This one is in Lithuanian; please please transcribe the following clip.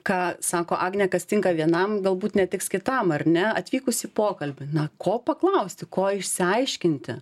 ką sako agnė kas tinka vienam galbūt netiks kitam ar ne atvykus į pokalbį na ko paklausti ko išsiaiškinti